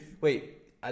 Wait